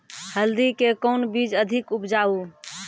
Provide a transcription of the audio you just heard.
हल्दी के कौन बीज अधिक उपजाऊ?